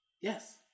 Yes